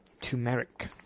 Turmeric